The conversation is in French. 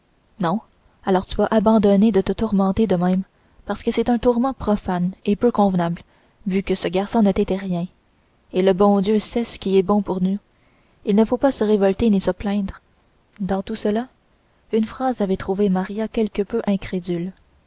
non alors tu vas abandonner de te tourmenter de même parce que c'est un tourment profane et peu convenable vu que ce garçon ne t'était rien et le bon dieu sait ce qui est bon pour nous il ne faut pas se révolter ni se plaindre dans tout cela une phrase avait trouvé maria quelque peu incrédule